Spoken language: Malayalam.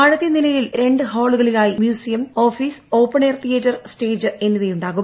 താഴത്തെ നിലയിൽ രണ്ട് ഹാളുകളിലായി മ്യൂസിയം ഓഫീസ്ക് ഓപ്പൺ എയർ തിയറ്റർ സ്റ്റേജ് എന്നിവയുണ്ടാകും